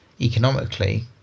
economically